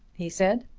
he said.